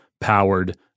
powered